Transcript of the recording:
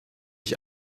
ich